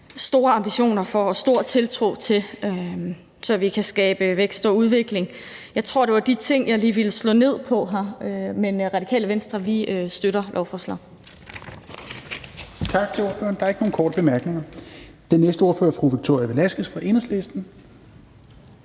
store ambitioner for og stor tiltro til, så vi kan skabe vækst og udvikling. Jeg tror, det var de ting, jeg lige ville slå ned på her. Radikale Venstre støtter lovforslaget.